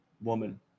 woman